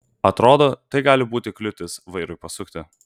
atrodo tai gali būti kliūtis vairui pasukti